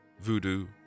voodoo